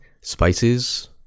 spices